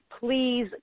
Please